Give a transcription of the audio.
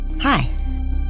Hi